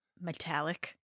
metallic